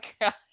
god